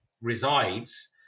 resides